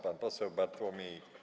Pan poseł Bartłomiej.